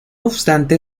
obstante